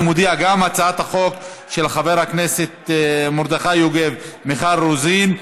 אני מודיע שגם הצעת החוק של חברי הכנסת מרדכי יוגב ומיכל רוזין,